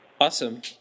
Awesome